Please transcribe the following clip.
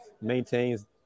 maintains